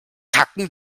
tacken